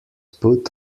put